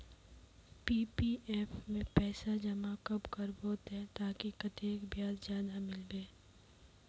PPF में पैसा जमा कब करबो ते ताकि कतेक ब्याज ज्यादा मिलबे?